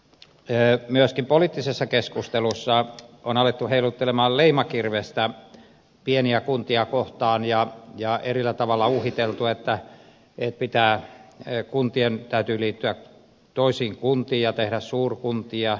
valitettavasti myöskin poliittisessa keskustelussa on alettu heiluttaa leimakirvestä pieniä kuntia kohtaan ja eri tavalla uhiteltu että kuntien täytyy liittyä toisiin kuntiin ja tehdä suurkuntia